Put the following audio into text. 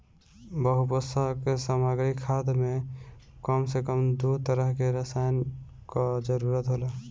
बहुपोषक सामग्री खाद में कम से कम दू तरह के रसायन कअ जरूरत होला